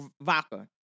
Vodka